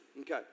okay